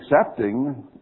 accepting